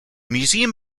museum